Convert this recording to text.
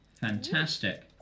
Fantastic